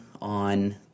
on